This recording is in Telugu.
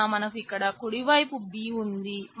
కావున మనకు ఇక్కడ కుడివైపు B ఉంది